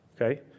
Okay